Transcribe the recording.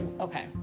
okay